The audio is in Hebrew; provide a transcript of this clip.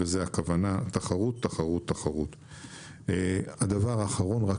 וזו הכוונה תחרות, תחרות, תחרות.